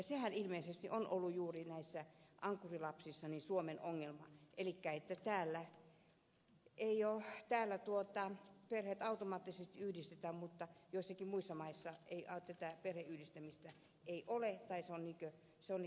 sehän ilmeisesti on ollut juuri näissä ankkurilapsissa suomen ongelma elikkä täällä perheet automaattisesti yhdistetään mutta joissakin muissa maissa tätä perheen yhdistämistä ei ole tai se on lopetettu